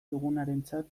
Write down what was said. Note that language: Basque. dugunarentzat